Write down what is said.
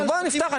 בוא נפתח,